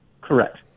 Correct